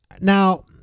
now